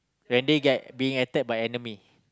when they get being attack by enemy